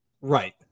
Right